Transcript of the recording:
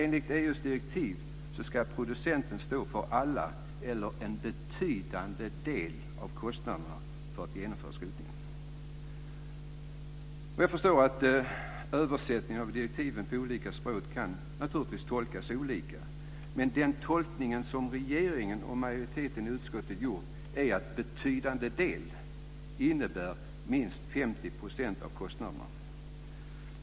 Enligt EU:s direktiv ska producenten stå för alla eller en betydande del av kostnaderna för att genomföra skrotningen. Jag förstår att direktiven vid översättning till olika språk naturligtvis kan tolkas olika, men den tolkning som regeringen och majoriteten i utskottet gjort är att "betydande del" innebär minst 50 % av kostnaderna.